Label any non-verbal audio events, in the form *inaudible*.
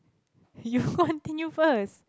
you *breath* continue first